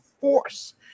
force